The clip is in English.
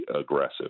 aggressive